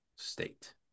state